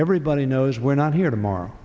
everybody knows we're not here tomorrow